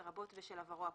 לרבות בשל עברו הפלילי.